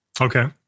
Okay